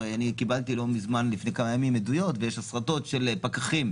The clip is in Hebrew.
הרי קיבלתי לפני כמה ימים עדויות ויש הסרטות של פקחים,